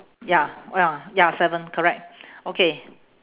ya ya ya seven correct okay